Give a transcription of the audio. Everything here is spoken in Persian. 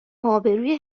آبروی